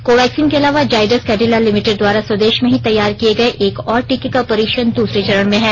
Covaxin के अलावा Zydus Cadila Limited द्वारा स्वदेश में ही तैयार किए गए एक और टीके का परीक्षण दूसरे चरण में है